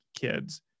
kids